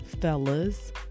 fellas